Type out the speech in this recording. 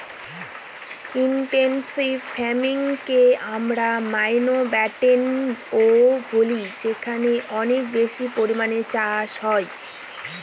intensive ফার্মিংকে আমরা মাউন্টব্যাটেনও বলি যেখানে অনেক বেশি পরিমানে চাষ হয়